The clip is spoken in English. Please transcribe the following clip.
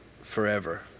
forever